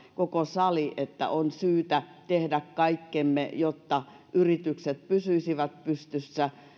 koko sali yksituumaisesti sillä asialla että on syytä tehdä kaikkemme jotta yritykset pysyisivät pystyssä